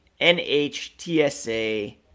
NHTSA